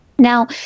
Now